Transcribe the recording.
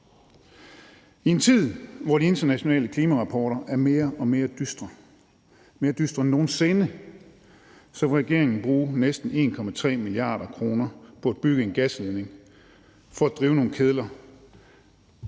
I en tid, hvor de internationale klimarapporter er mere og mere dystre – mere dystre end nogen sinde – vil regeringen bruge næsten 1,3 mia. kr. på at bygge en gasledning for at drive nogle kedler,